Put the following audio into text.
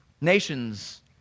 Nations